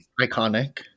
iconic